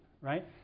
right